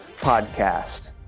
podcast